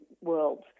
worlds